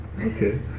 Okay